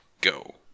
go